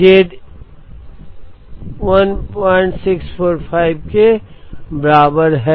z 1645 के बराबर है